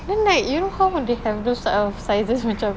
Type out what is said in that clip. then like you know how they have those uh sizes macam